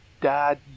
dad